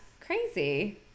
Crazy